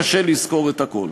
קשה לזכור את הכול.